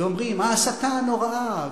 ואומרים: ההסתה הנוראה,